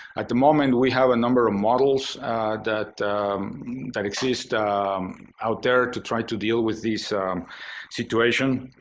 at the moment we have a number of models that that exist out there to try to deal with this situation.